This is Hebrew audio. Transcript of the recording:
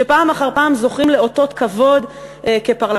שפעם אחר פעם זוכים לאותות כבוד כפרלמנטרים,